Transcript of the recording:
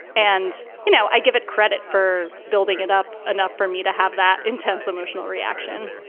and, you know, i give it credit for building it up enough for me to have that intense emotional reaction.